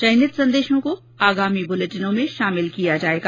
चयनित संदेशों को आगामी बुलेटिनों में शामिल किया जाएगा